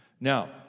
Now